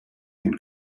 and